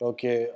Okay